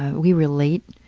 we relate.